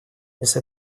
если